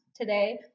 today